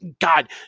God